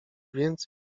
więc